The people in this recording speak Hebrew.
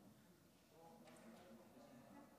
ההצבעה.